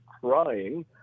crying